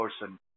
person